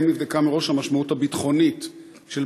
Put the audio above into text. האם נבדקה מראש המשמעות הביטחונית של